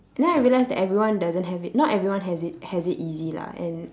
and then I realised that everyone doesn't have it not everyone has it has it easy lah and